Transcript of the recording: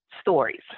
stories